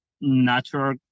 natural